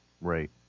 Right